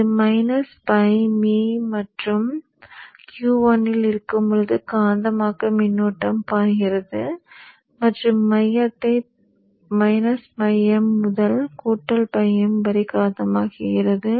இது minus phi m மற்றும் Q 1 இல் இருக்கும் போது காந்தமாக்கும் மின்னோட்டம் பாய்கிறது மற்றும் மையத்தை φm முதல் φm வரை காந்தமாக்குகிறது